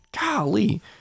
golly